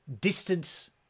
distance